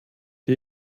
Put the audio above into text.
die